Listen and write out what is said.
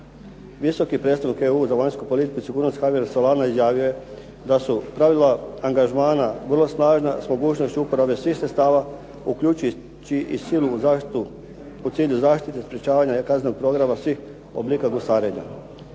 Visoki predstavnik EU za vanjsku politiku i sigurnost Javier Solana izjavio je da su pravila angažmana vrlo snažna s mogućnošću upravo svih sredstava uključujući i silu zaštite u cilju zaštite sprječavanja kaznenog programa svih oblika gusarenja.